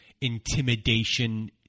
intimidation